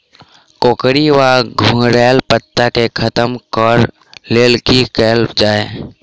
कोकरी वा घुंघरैल पत्ता केँ खत्म कऽर लेल की कैल जाय?